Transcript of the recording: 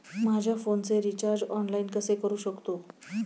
माझ्या फोनचे recharge online कसे करू शकतो?